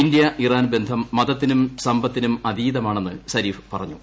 India Iran ബന്ധം മതത്തിനും സമ്പത്തിനും അതീതമാണെന്ന് സരീഫ് പറഞ്ഞു